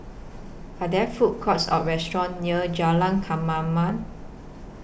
Are There Food Courts Or restaurants near Jalan Kemaman